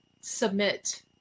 submit